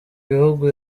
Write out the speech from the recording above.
bihugu